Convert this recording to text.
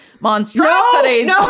monstrosities